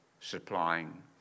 supplying